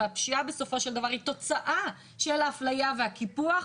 והפשיעה בסופו של דבר היא תוצאה של האפליה והקיפוח,